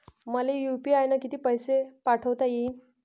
मले यू.पी.आय न किती पैसा पाठवता येईन?